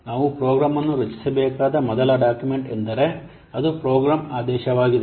ನಾವು ಪ್ರೋಗ್ರಾಂ ಅನ್ನು ರಚಿಸಬೇಕಾದ ಮೊದಲ ಡಾಕ್ಯುಮೆಂಟ್ ಎಂದರೆ ಎಂದರೆ ಅದು ಪ್ರೋಗ್ರಾಂ ಆದೇಶವಾಗಿದೆ